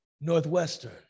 Northwestern